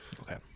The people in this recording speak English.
Okay